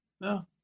no